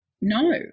no